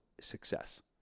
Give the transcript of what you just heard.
success